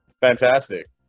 Fantastic